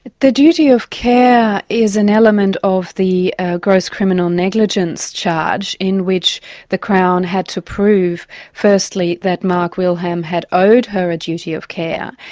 the duty of care is an element of the gross criminal negligence charge, in which the crown had to prove firstly that mark wilhelm had owed her a duty of care,